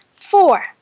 Four